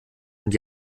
und